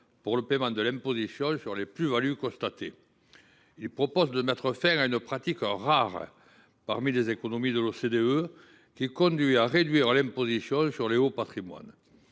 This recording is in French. pour le paiement de l’imposition sur les plus values constatées. Il s’agit de mettre fin à une pratique rare parmi les économies de l’OCDE, qui conduit à réduire l’imposition sur les hauts patrimoines.